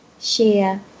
share